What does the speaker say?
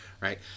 right